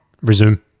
Resume